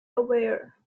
aware